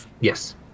Yes